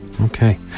Okay